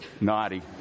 naughty